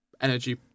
energy